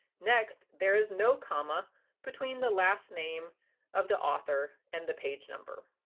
next, there is no comma between the last name of the author and the page number.